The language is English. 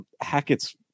Hackett's